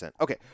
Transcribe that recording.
okay